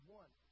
one